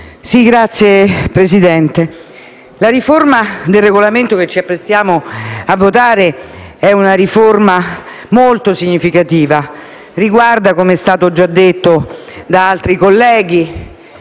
Signor Presidente, la riforma del Regolamento che ci apprestiamo a votare è molto significativa e riguarda - come è stato già detto da altri colleghi